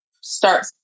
start